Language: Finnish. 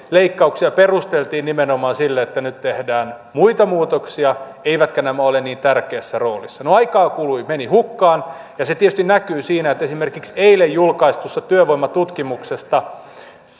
leikkauksia perusteltiin nimenomaan sillä että nyt tehdään muita muutoksia eivätkä nämä ole niin tärkeässä roolissa no aikaa meni hukkaan ja se tietysti näkyy siinä että esimerkiksi eilen julkaistun työvoimatutkimuksen mukaan